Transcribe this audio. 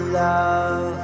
love